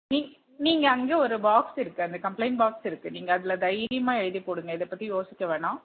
நீங்க நீங்கள் அங்கே ஒரு பாக்ஸ் இருக்கு அந்த கம்ப்லைன்ட் பாக்ஸ் இருக்கு நீங்கள் அதில் தைரியமாக எழுதி போடுங்கள் இதை பற்றி யோசிக்க வேணாம்